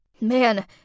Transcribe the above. man